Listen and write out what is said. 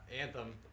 Anthem